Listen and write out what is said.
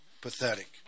pathetic